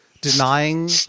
denying